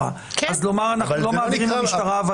אנחנו נדון עם משרד הבריאות על הדבר הזה,